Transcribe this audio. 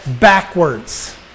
backwards